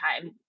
time